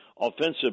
offensive